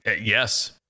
Yes